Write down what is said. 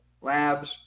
Labs